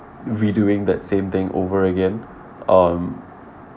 redoing that same thing over again um